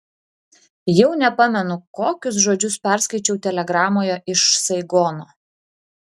jau nepamenu kokius žodžius perskaičiau telegramoje iš saigono